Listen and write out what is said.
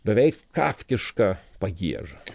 beveik kafkišką pagiežą